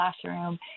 classroom